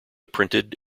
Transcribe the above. printed